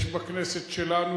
יש בכנסת שלנו,